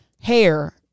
hair